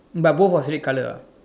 but both was red colour ah